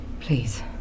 Please